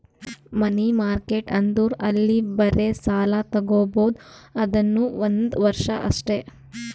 ಮನಿ market ಅಂದುರ್ ಅಲ್ಲಿ ಬರೇ ಸಾಲ ತಾಗೊಬೋದ್ ಅದುನೂ ಒಂದ್ ವರ್ಷ ಅಷ್ಟೇ